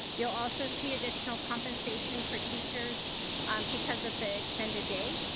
you'll also see additional compensation for teachers because of the extended day.